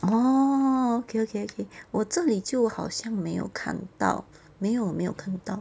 orh okay okay okay 我这里就好像没有看到没有没有看不到